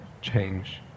change